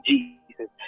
Jesus